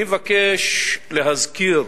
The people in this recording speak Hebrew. אני מבקש להזכיר